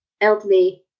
elderly